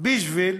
בשביל